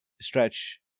stretch